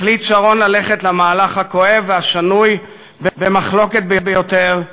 החליט שרון ללכת למהלך הכואב והשנוי במחלוקת ביותר,